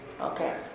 Okay